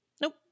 Nope